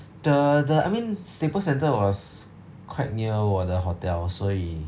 the I mean staple centre was quite near 我的 hotel 所以